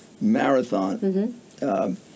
Marathon